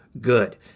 good